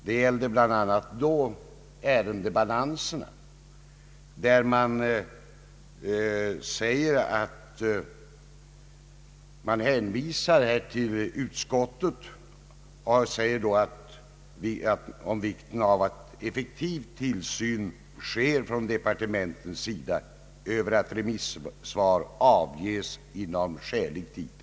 Det gällde då bl.a. ärendebalanserna. Man hänvisar till utskottet och framhåller vikten av en effektiv tillsyn från departementens sida av att remissvar avges i skälig tid.